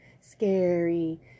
scary